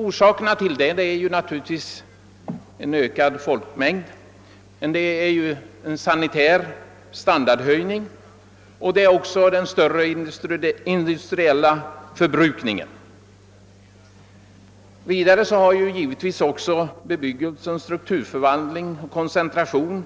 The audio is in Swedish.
Orsakerna härtill är naturligtvis ökad folkmängd, sanitär standardhöjning och större industriell förbrukning. Vidare har givetvis bebyggelsens strukturförvandling och koncentrationen av